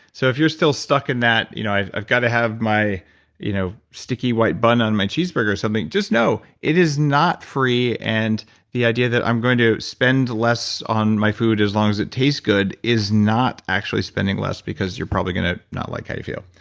so if you're still stuck in that you know i've i've gotta have my you know sticky white bun on my cheeseburger or something, just know, it is not free, and the idea that i'm going to spend less on my food as long as it tastes good is not actually spending less because you're probably gonna not like how you feel.